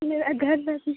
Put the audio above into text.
मेरा घर